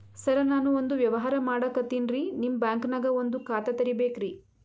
ಸರ ನಾನು ಒಂದು ವ್ಯವಹಾರ ಮಾಡಕತಿನ್ರಿ, ನಿಮ್ ಬ್ಯಾಂಕನಗ ಒಂದು ಖಾತ ತೆರಿಬೇಕ್ರಿ?